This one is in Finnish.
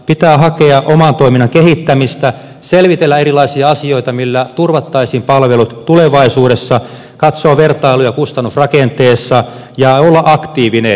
pitää hakea oman toiminnan kehittämistä selvitellä erilaisia asioita joilla turvattaisiin palvelut tulevaisuudessa katsoa vertailuja kustannusrakenteessa ja olla aktiivinen